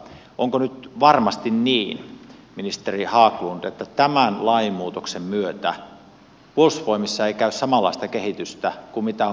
onko nyt varmasti niin ministeri haglund että tämän lainmuutoksen myötä puolustusvoimissa ei käy samanlaista kehitystä kuin on koulumaailmassa tapahtunut